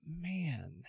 Man